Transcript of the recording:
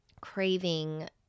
craving